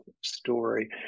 story